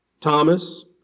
Thomas